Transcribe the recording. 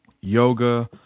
yoga